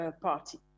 party